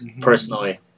personally